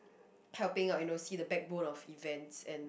helping out you know see the backbones of events and